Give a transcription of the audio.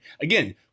Again